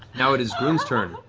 now it is groon's turn.